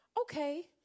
okay